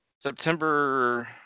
September